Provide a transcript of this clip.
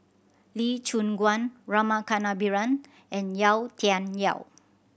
Lee Choon Guan Rama Kannabiran and Yau Tian Yau